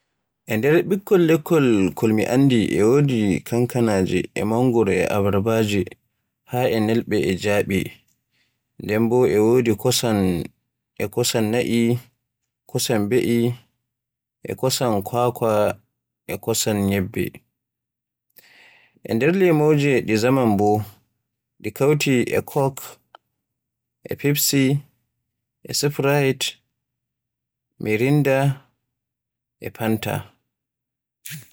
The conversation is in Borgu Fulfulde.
E nder ɓikkol lekkol kol mi anndita e wodi kankanaaje, mangoroje, abarbaje, haa e nelbe e jaabi. Nden bo e wodi kosam, kosam na'i, e kosan be'i, e kosam kwakwa e kosam nyabbe. E wodi lemoje di zaman ko hawti e coke, Pepsi, sprite, Miranda, e fanta.